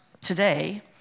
today